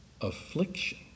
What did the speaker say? affliction